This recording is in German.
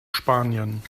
spanien